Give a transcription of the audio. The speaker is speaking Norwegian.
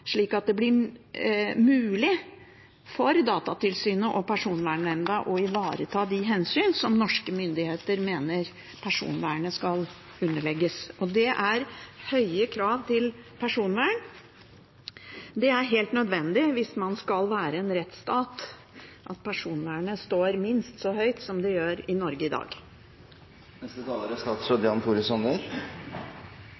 slik at det blir mulig for Datatilsynet og Personvernnemnda å ivareta de hensyn som norske myndigheter mener personvernet skal underlegges. Det er høye krav til personvern. Det er helt nødvendig hvis man skal være en rettsstat, at personvernet står minst så høyt som det gjør i Norge i dag.